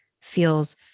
feels